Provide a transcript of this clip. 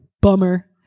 bummer